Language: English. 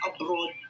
abroad